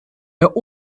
der